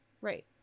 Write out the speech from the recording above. Right